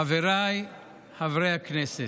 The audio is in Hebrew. חבריי חברי הכנסת,